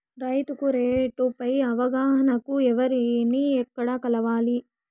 రైతుకు రేట్లు పై అవగాహనకు ఎవర్ని ఎక్కడ కలవాలి?